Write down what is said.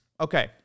Okay